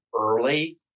early